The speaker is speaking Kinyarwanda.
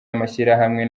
amashirahamwe